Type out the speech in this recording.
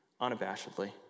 unabashedly